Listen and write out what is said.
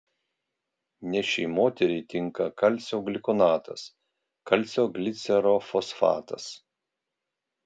nėščiai moteriai tinka kalcio gliukonatas kalcio glicerofosfatas